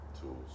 tools